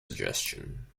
suggestion